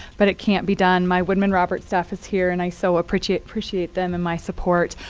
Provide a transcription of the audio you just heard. but it can't be done. my woodman robert staff is here, and i so appreciate appreciate them and my support.